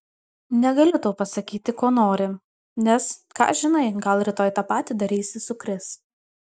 negaliu tau pasakyti ko nori nes ką žinai gal rytoj tą patį darysi su kris